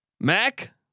Mac